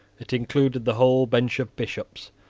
it included the whole bench of bishops,